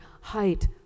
height